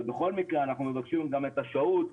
ובכל מקרה אנחנו מבקשים גם את השהות,